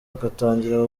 agatangira